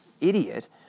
idiot